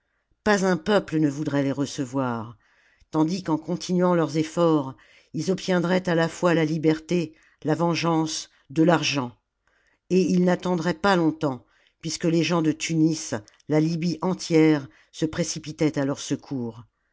pas un peuple ne voudrait les recevoir tandis qu'en continuant leurs efforts ils obtiendraient à la fois la liberté la vengeance de l'argent et ils n'attendraient pas longtemps puisque les gens de tunis la libye entière se précipitait à leur secours